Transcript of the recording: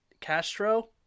Castro